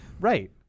Right